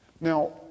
Now